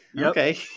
Okay